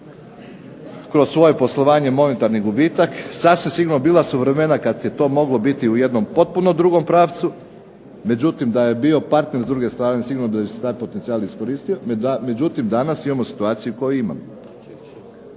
kroz svoje poslovanje monetarni gubitak. Sasvim sigurno bila su vremena kad je to moglo biti u jednom potpuno drugom pravcu, međutim da je bio partner s druge strane sigurno da bi se taj potencijal iskoristio, međutim danas imamo situaciju koju imamo.